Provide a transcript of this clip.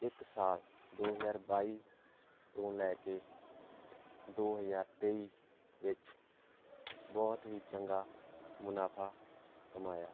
ਇੱਕ ਸਾਲ ਦੋ ਹਜ਼ਾਰ ਬਾਈ ਤੋਂ ਲੈ ਕੇ ਦੋ ਹਜ਼ਾਰ ਤੇਈ ਵਿੱਚ ਬਹੁਤ ਹੀ ਚੰਗਾ ਮੁਨਾਫਾ ਕਮਾਇਆ